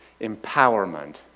empowerment